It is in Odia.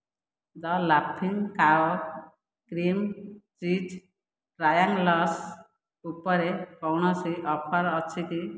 ଦ' ଲାଫିଂ କାଓ କ୍ରିମି ଚିଜ୍ ଟ୍ରାୟାଙ୍ଗଲ୍ସ୍ ଉପରେ କୌଣସି ଅଫର୍ ଅଛି କି